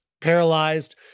paralyzed